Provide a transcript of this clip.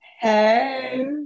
Hey